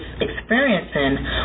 experiencing